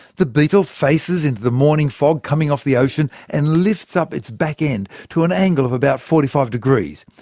the beetle faces into the morning fog coming off the ocean, and lifts up its back end, to an angle of about forty five degrees.